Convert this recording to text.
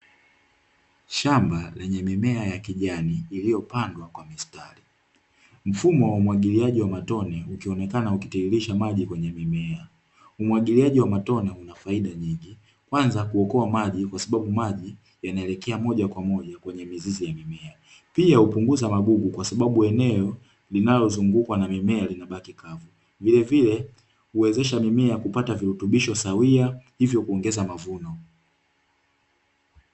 Shamba lenye mimea ya kijani iliyopandwa kwa mistari. Mfumo wa umwagiliaji wa matone ukionekana ukitiririsha maji kwenye mimea. Umwagiliaji wa matone una faida nyingi; kwanza kuokoa maji kwa sababu maji yanaelekea moja kwa moja kwenye mizizi ya mimea, pia hupunguza magugu kwa sababu eneo linalozungukwa na mimea linabaki kavu. Vilevile huwezesha mimea ya kupata virutubisho sawa hivyo kuongeza mavuno.